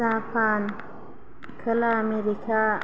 Japan खोला America